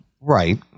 Right